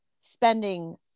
spending